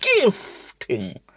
gifting